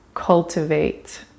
Cultivate